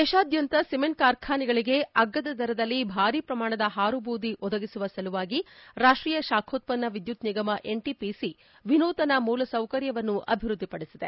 ದೇಶಾದ್ಯಂತ ಸಿಮೆಂಟ್ ಕಾರ್ಖಾನೆಗಳಿಗೆ ಅಗ್ಗದ ದರದಲ್ಲಿ ಭಾರೀ ಪ್ರಮಾಣದ ಹಾರು ಬೂದಿ ಒದಗಿಸುವ ಸಲುವಾಗಿ ರಾಷ್ಟ್ರೀಯ ಶಾಖೋತ್ವನ್ನ ವಿದ್ಯುತ್ ನಿಗಮ ಎನ್ಟಿಪಿಸಿ ವಿನೂತನ ಮೂಲಸೌಕರ್ಯವನ್ನು ಅಭಿವೃದ್ದಿಪಡಿಸಿದೆ